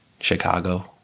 Chicago